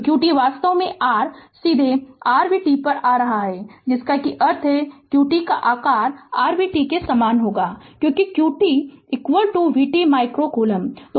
तो q t वास्तव में r सीधे r v t पर आ रहा है जिसका अर्थ है कि q t का यह आकार r v t के समान होगा क्योंकि q t v t micro coulomb